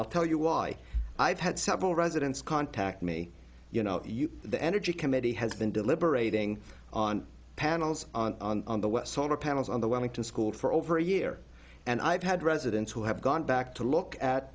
i'll tell you why i've had several residents contact me you know the energy committee has been deliberating on panels on the west solar panels on the wellington school for over a year and i've had residents who have gone back to look at